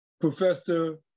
Professor